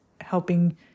helping